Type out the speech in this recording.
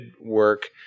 work